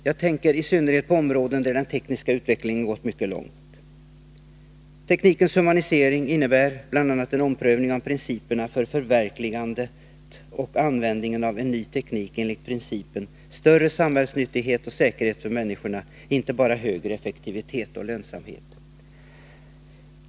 Jag tänker i synnerhet på områden där den tekniska utvecklingen gått mycket långt. Teknikens humanisering innebär bl.a. en omprövning av principerna för förverkligandet och användningen av en ny teknik enligt principen större samhällsnyttighet och säkerhet för människorna — inte bara högre effektivitet och lönsamhet.